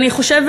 אני חושבת